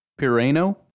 Pirano